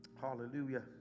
Hallelujah